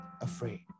afraid